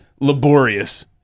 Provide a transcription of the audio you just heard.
laborious